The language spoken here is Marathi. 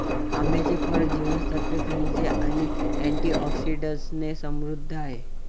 आंब्याचे फळ जीवनसत्त्वे, खनिजे आणि अँटिऑक्सिडंट्सने समृद्ध आहे